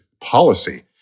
policy